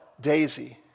Daisy